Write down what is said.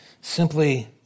simply